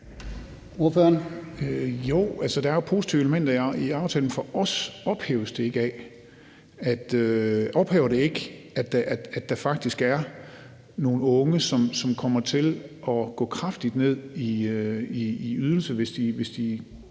der er jo positive elementer i aftalen, men for os ophæver det ikke, at der faktisk er nogle unge, som kommer til at gå kraftigt ned i ydelse, hvis de